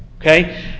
Okay